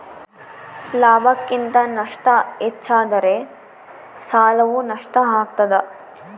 ಲಾಭಕ್ಕಿಂತ ನಷ್ಟ ಹೆಚ್ಚಾದರೆ ಸಾಲವು ನಷ್ಟ ಆಗ್ತಾದ